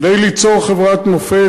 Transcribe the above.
כדי ליצור חברת מופת,